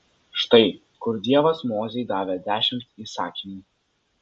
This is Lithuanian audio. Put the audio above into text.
štai kur dievas mozei davė dešimt įsakymų